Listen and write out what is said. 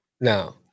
Now